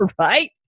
Right